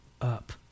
up